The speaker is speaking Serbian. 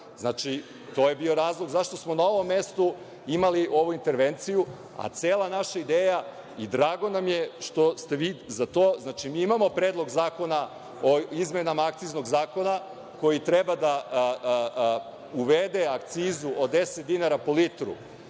Znači, to je bio razlog zašto smo na ovom mestu imali ovu intervenciju, a cela naša ideja, i drago nam je što ste vi za to, znači, mi imamo Predlog zakona o izmena ackiznog zakona koji treba da uvede akcizu od deset dinara po litru